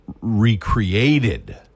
recreated